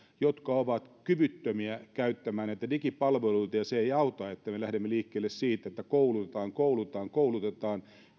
jotka ovat kyvyttömiä käyttämään näitä digipalveluita ja se ei auta että me lähdemme liikkeelle siitä että koulutetaan koulutetaan koulutetaan